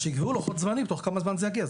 אז שייקבעו לוחות זמנים תוך כמה זמן זה יגיע,